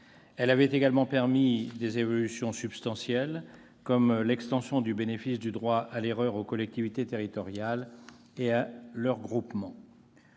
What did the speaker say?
Elle avait également permis des évolutions substantielles, comme l'extension du bénéfice du droit à l'erreur aux collectivités territoriales et à leurs groupements.